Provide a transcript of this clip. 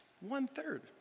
One-third